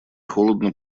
холодно